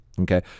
Okay